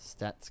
stats